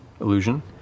illusion